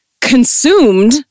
consumed